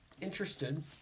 interested